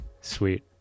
sweet